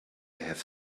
have